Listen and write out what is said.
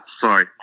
sorry